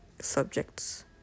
subjects